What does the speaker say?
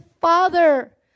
Father